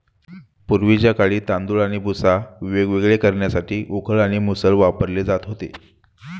पूर्वीच्या काळी तांदूळ आणि भुसा वेगवेगळे करण्यासाठी उखळ आणि मुसळ वापरले जात होते